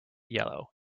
yellow